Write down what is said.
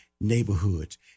neighborhoods